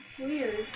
Weird